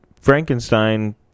Frankenstein